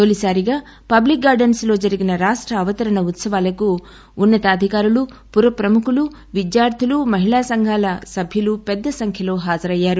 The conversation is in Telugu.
తొలిసారిగా పబ్లిక్ గార్డెన్స్లో జరిగిన రాష్ట అవతరణ ఉత్సవాలకు ఉన్న తాధికారులు పుర ప్రముఖులు విద్యార్థులు మహిళా సంఘాల సభ్యులు పెద్ద సంఖ్యలో హాజరయ్యారు